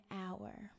hour